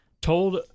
told